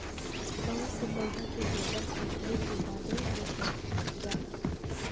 बहुत से पउधा के बीजा फूटले के बादे रोपल जाला